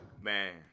Man